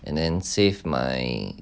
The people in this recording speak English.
and then save my